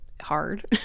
hard